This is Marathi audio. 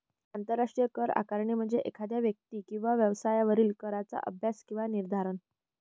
आंतरराष्ट्रीय कर आकारणी म्हणजे एखाद्या व्यक्ती किंवा व्यवसायावरील कराचा अभ्यास किंवा निर्धारण